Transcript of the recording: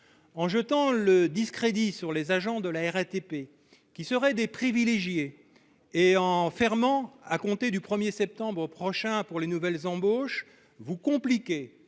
En jetant le discrédit sur les agents de la RATP, qui seraient des privilégiés, et en fermant ce régime spécial à compter du 1 septembre prochain pour les nouvelles embauches, vous compliquez